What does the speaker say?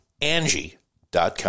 Angie.com